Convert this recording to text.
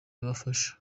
bafasha